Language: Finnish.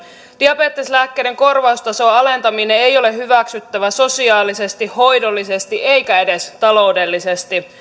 diabeteslääkkeiden korvaustason alentaminen ei ole hyväksyttävää sosiaalisesti hoidollisesti eikä edes taloudellisesti